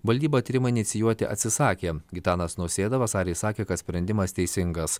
valdyba tyrimą inicijuoti atsisakė gitanas nausėda vasarį sakė kad sprendimas teisingas